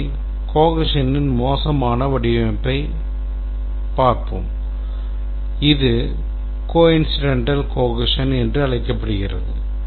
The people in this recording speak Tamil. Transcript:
முதலில் cohesionன் மோசமான வடிவத்தைப் பார்ப்போம் இது coincidental cohesion என்று அழைக்கப்படுகிறது